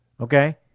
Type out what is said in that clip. Okay